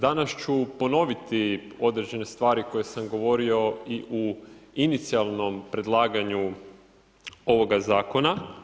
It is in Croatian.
Danas ću ponoviti određene stvari koje sam govorio i u inicijalnom predlaganju ovoga zakona.